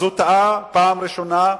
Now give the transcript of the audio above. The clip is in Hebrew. אז הוא טעה פעם ראשונה.